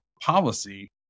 policy